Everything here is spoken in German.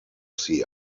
the